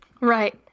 right